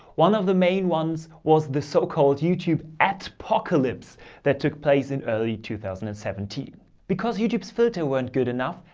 one of the main ones was the so-called youtube adpocalypse that took place in early two thousand and seventeen because youtube's filters weren't good enough.